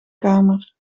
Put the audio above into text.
kamer